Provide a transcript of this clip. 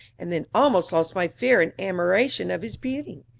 and then almost lost my fear in admiration of his beauty.